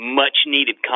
much-needed